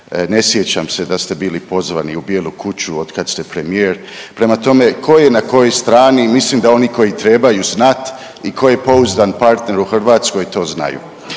ne sjećam da ste bili pozvani u Bijelu kuću od kad ste premijer, prema tome, tko je na kojoj strani i mislim da oni koji trebaju znati i tko je pouzdan partner u Hrvatskoj to znaju.